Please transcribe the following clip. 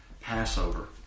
Passover